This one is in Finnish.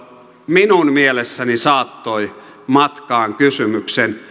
minun mielessäni saattoi matkaan kysymyksen